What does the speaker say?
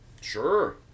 Sure